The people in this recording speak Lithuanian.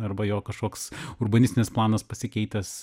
arba jo kažkoks urbanistinis planas pasikeitęs